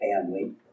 family